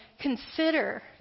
consider